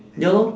ya lor